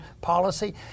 policy